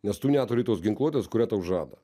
nes tu neturi tos ginkluotės kurią tau žada